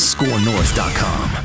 Scorenorth.com